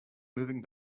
moving